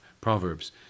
proverbs